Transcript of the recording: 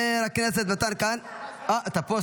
אתה פה?